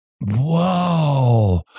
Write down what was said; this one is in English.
Whoa